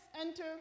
enter